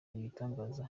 ibitangaza